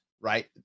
right